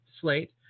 Slate